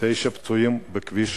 תשעה פצועים בכביש